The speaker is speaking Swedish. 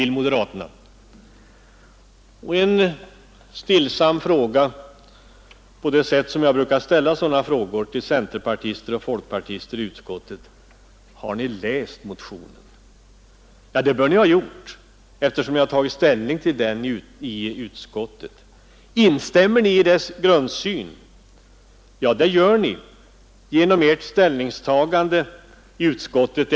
En stillsam fråga, på det sätt som jag brukar ställa sådana frågor till centerpartister och folkpartister i utskottet: Har ni läst motionen? Ja, det bör ni ha gjort, eftersom ni tagit ställning till den i utskottet. Instämmer ni i dess grundsyn? Ja, det gör ni genom ert ställningstagande i utskottet.